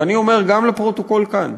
ואני אומר גם לפרוטוקול כאן,